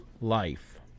life